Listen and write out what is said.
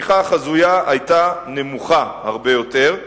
הצמיחה החזויה היתה נמוכה הרבה יותר.